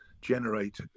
generate